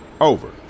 Over